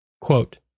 Quote